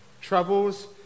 Troubles